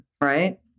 right